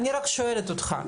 אני שואלת אותך: